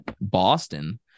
Boston